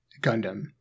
gundam